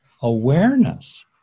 Awareness